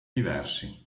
diversi